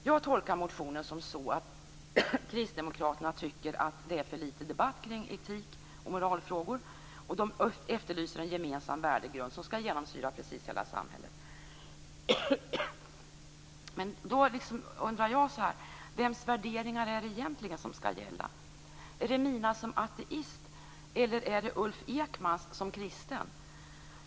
Jag tolkar motionen så att kristdemokraterna tycker att det är för lite debatt kring etik och moralfrågor, och de efterlyser en gemensam värdegrund som skall genomsyra hela samhället. Vems värderingar är det som skall gälla? Är det mina som ateist, eller är det Ulf Ekmans som kristen?